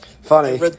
Funny